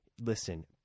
Listen